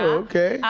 okay.